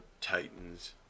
Titans